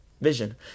vision